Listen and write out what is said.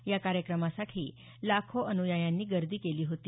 या कार्यक्रमासाठी लाखो अनुयायांनी गर्दी केली होती